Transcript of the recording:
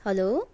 hello